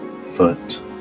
foot